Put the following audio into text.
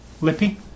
Lippy